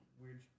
weird